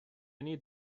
need